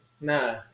nah